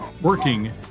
working